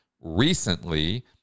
recently